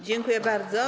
Dziękuję bardzo.